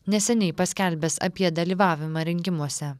neseniai paskelbęs apie dalyvavimą rinkimuose